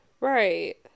Right